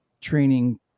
training